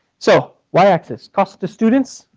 so, y axis, cost to students,